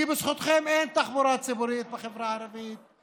כי בזכותכם אין תחבורה ציבורית בחברה הערבית,